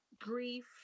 grief